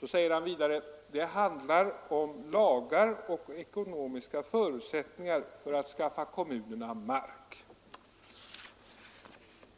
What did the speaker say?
Han säger vidare att det handlar om lagar och ekonomiska förutsättningar för att skaffa kommunerna mark.